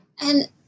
And-